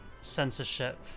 censorship